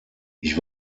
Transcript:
ich